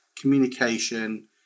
Communication